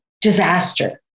disaster